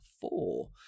four